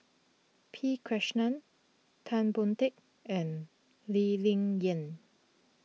P Krishnan Tan Boon Teik and Lee Ling Yen